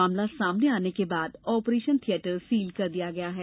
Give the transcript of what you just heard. मामला सामने आने के बाद ऑपरेशन थियेटर सील कर दिया गया है